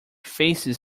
faces